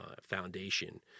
foundation